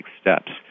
steps